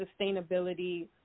sustainability